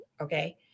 Okay